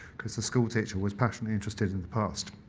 because the school teacher was passionately interested in the past.